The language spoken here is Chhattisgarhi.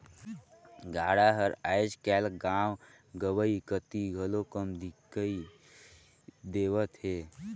गाड़ा हर आएज काएल गाँव गंवई कती घलो कम दिखई देवत हे